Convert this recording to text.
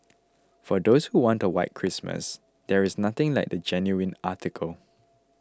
for those who want a white Christmas there is nothing like the genuine article